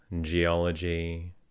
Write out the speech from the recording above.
geology